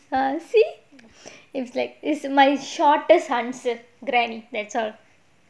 granny see it's like it's my shortest answer granny that's all